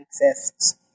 exists